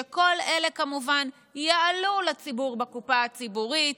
שכל אלה כמובן יעלו לציבור בקופה הציבורית.